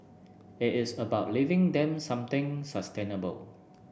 it is about leaving them something sustainable